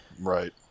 Right